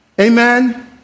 amen